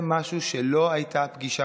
הסוגיה האירנית זה משהו שלא הייתה פגישה